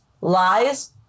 lies